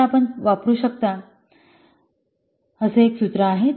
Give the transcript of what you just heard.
तर आपण वापरू शकता असे एक सूत्र आहे